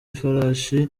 ifarashi